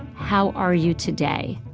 how are you today?